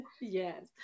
Yes